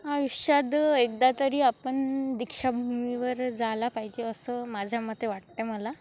आयुष्यात एकदा तरी आपण दीक्षाभूमीवर जायला पाहिजे असं माझ्या मते वाटतं आहे मला